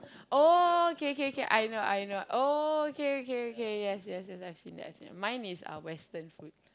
oh kay kay kay I know I know oh okay okay okay yes yes yes I've seen that I've seen that mine is uh western food